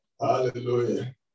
Hallelujah